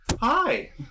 Hi